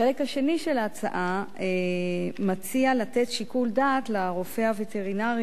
החלק השני של ההצעה מציע לתת שיקול דעת לרופא הווטרינרי